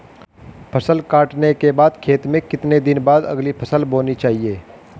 फसल काटने के बाद खेत में कितने दिन बाद अगली फसल बोनी चाहिये?